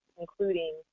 including